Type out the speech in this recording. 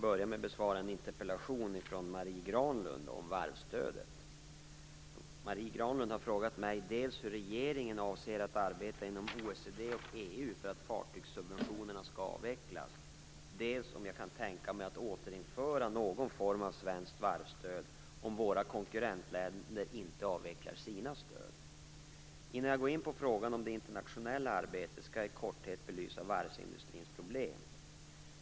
Fru talman! Marie Granlund har frågat mig dels hur regeringen avser att arbeta inom OECD och EU för att fartygssubventionerna skall avvecklas, dels om jag kan tänka mig att återinföra någon form av svenskt varvsstöd om våra konkurrentländer inte avvecklar sina stöd. Innan jag går in på frågan om det internationella arbetet skall jag i korthet belysa varvsindustrins problem.